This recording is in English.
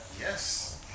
yes